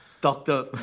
Doctor